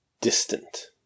distant